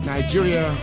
Nigeria